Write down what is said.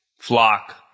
Flock